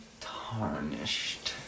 tarnished